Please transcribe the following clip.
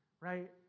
right